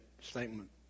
statement